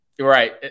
Right